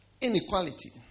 Inequality